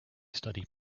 study